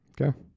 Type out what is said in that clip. Okay